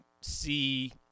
see